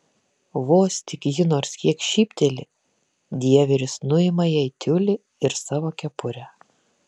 vos tik ji nors kiek šypteli dieveris nuima jai tiulį ir savo kepurę